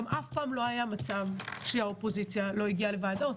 גם אף פעם לא היה מצב שהאופוזיציה לא הגיעה לוועדות.